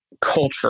culture